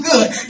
Good